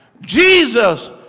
Jesus